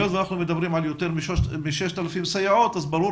אנחנו מדברים על יותר מ-6,000 סייעות וברור